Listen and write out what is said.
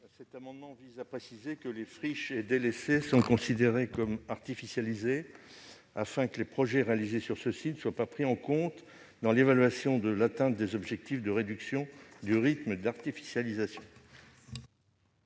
Cet amendement vise à préciser que les friches et délaissés urbains sont considérés comme artificialisés, afin que les projets réalisés sur ceux-ci ne soient pas pris en compte dans l'évaluation de l'atteinte des objectifs de réduction du rythme d'artificialisation.